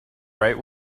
right